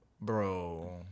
bro